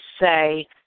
say